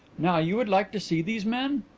now, you would like to see these men?